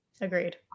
agreed